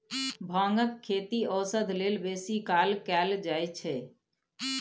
भांगक खेती औषध लेल बेसी काल कएल जाइत छै